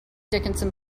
dickinson